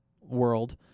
world